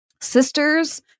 Sisters